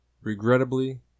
Regrettably